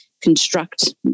construct